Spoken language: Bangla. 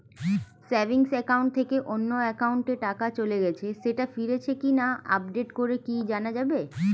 সেভিংস একাউন্ট থেকে অন্য একাউন্টে টাকা চলে গেছে সেটা ফিরেছে কিনা আপডেট করে কি জানা যাবে?